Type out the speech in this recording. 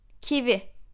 Kiwi